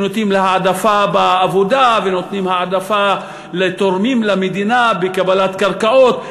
שנותנים העדפה בעבודה ונותנים העדפה לתורמים למדינה בקבלת קרקעות,